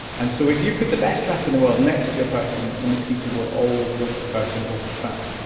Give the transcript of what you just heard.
and so if you put the best trap in the world next to a person, the mosquito will always go to the person over the trap.